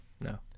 No